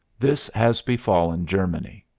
this has befallen germany.